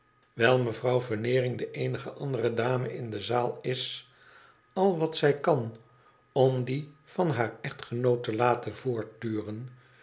wijl mevrouw veneering de eenige andere dame in de zaal is al wat zij kan om die van haar echtgenoot te laten voortduren